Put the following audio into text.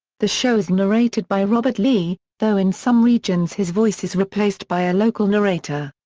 the show is narrated by robert lee, though in some regions his voice is replaced by a local narrator.